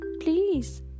please